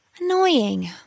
Annoying